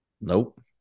Nope